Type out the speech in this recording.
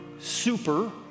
super